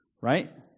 right